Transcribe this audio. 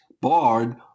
Bard